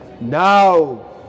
now